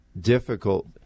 difficult